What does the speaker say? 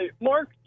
Mark